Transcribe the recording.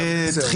זה תמיד נכון.